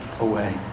away